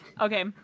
okay